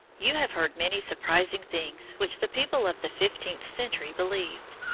you have heard many surprising things which the people of the fifteenth century believed.